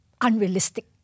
unrealistic